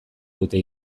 dute